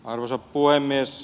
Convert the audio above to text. arvoisa puhemies